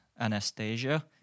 Anastasia